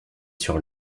sur